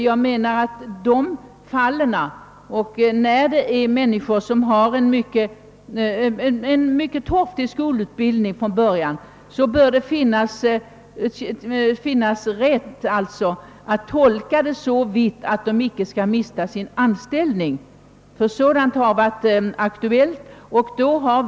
Jag betonar än en gång att för människor som har en kort skolutbildning från början borde bestämmelserna tolkas så generöst att ingen löper risken att mista sin anställning. Sådant har nämligen varit aktuellt.